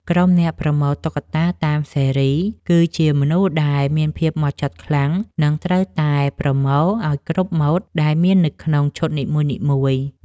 ក្រុមអ្នកប្រមូលតុក្កតាតាមស៊េរី គឺជាមនុស្សដែលមានភាពហ្មត់ចត់ខ្លាំង និងត្រូវតែប្រមូលឱ្យគ្រប់ម៉ូដដែលមាននៅក្នុងឈុតនីមួយៗ។